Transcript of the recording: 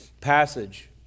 passage